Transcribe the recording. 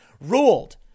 ruled